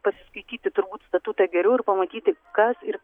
pasiskaityti turbūt statutą geriau ir pamatyti kas ir